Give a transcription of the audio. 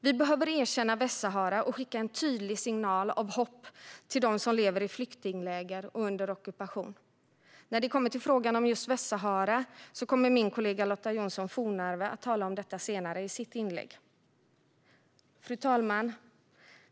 Vi behöver erkänna Västsahara och skicka en tydlig signal av hopp till dem som lever i flyktingläger och under ockupation. Frågan om Västsahara kommer min kollega Lotta Johnsson Fornarve att tala mer om i sitt inlägg senare. Fru talman!